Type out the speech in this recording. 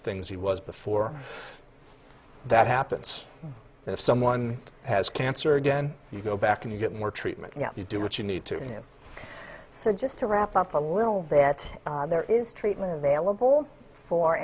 things he was before that happens if someone has cancer again you go back and you get more treatment you know you do what you need to do so just to wrap up a little bit there is treatment available for